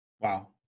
Wow